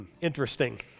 interesting